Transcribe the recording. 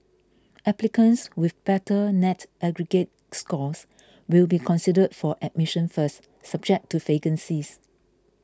applicants with better net aggregate scores will be considered for admission first subject to vacancies